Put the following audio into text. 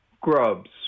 grubs